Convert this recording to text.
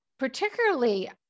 particularly